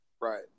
Right